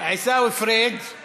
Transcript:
עיסאווי פריג';